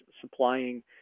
supplying